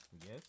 Yes